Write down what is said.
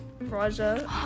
Raja